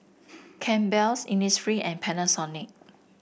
Campbell's Innisfree and Panasonic